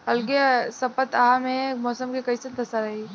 अलगे सपतआह में मौसम के कइसन दशा रही?